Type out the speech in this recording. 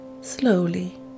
Slowly